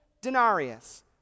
denarius